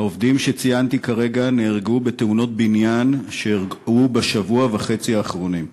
העובדים שציינתי כרגע נהרגו בתאונות בניין שאירעו בשבוע וחצי האחרונים,